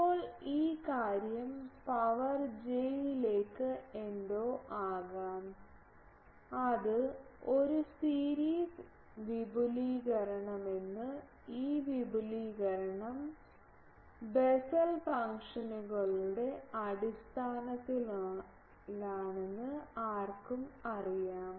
ഇപ്പോൾ ഈ കാര്യം പവർ ജെയിലേക്ക് എന്തോ ആകാം അത് ഒരു സീരീസ് വിപുലീകരണമാണ് ഈ വിപുലീകരണം ബെസെൽ ഫംഗ്ഷനുകളുടെ അടിസ്ഥാനത്തിലാണെന്ന് ആർക്കും അറിയാം